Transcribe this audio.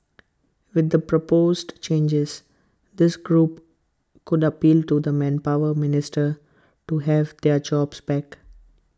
with the proposed changes this group could appeal to the manpower minister to have their jobs back